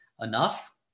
enough